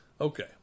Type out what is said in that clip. Okay